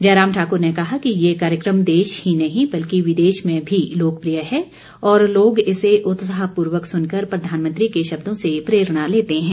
जयराम ठाकुर ने कहा कि ये कार्यक्रम देश ही नहीं बल्कि विदेश में भी लोकप्रिय है और लोग इसे उत्साहपूर्वक सुनकर प्रधानमंत्री के शब्दों से प्रेरणा लेते हैं